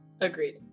Agreed